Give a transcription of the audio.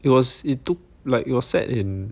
it was it took like it was set in